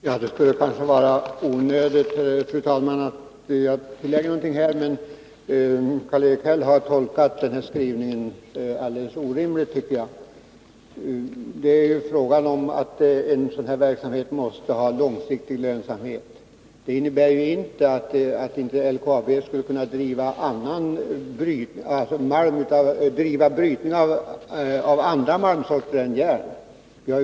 Fru talman! Det är kanske onödigt att tillägga någonting, men jag gör det Torsdagen den därför att jag tycker att Karl-Erik Häll har tolkat utskottets skrivning på ett 10 december 1981 alldeles orimligt sätt. En sådan verksamhet som det här är fråga om måste ha långsiktig Kapitaltillskott lönsamhet. Det innebär inte att LKAB inte skulle kunna driva brytning av = till vissa statliga andra malmsorter än järn.